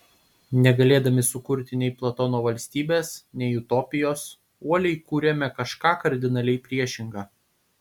negalėdami sukurti nei platono valstybės nei utopijos uoliai kuriame kažką kardinaliai priešinga